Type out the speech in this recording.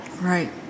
Right